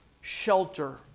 shelter